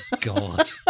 god